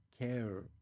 care